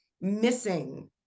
missing